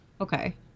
Okay